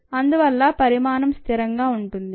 అందువల్ల పరిమాణం స్థిరంగా ఉంటుంది